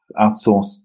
outsourced